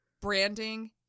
branding